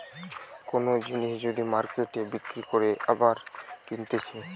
কোন জিনিস যদি মার্কেটে বিক্রি করে আবার কিনতেছে